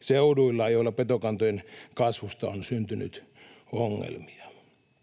seuduilla, joilla petokantojen kasvusta on syntynyt ongelmia.